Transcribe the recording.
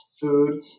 food